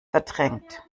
verdrängt